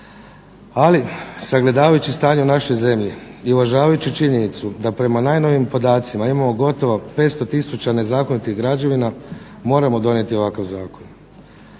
Ali sagledavajući stanje u našoj zemlji i uvažavajući činjenicu, da prema najnovijim podacima imamo gotovo 500 tisuća nezakonitih građevina, moramo donijeti ovakav zakon.